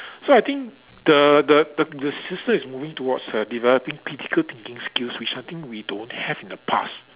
so I think the the the the system is moving towards err developing critical thinking skills which I think we don't have in the past